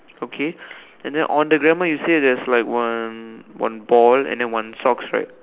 okay then on the grandma you say got like one one ball and one sock right